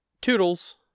Toodles